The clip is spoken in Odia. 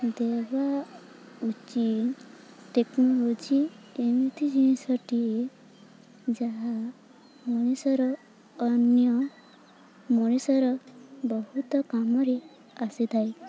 ଦେବା ଉଚିତ ଟେକ୍ନୋଲୋଜି ଏମିତି ଜିନିଷଟିଏ ଯାହା ମଣିଷର ଅନ୍ୟ ମଣିଷର ବହୁତ କାମରେ ଆସିଥାଏ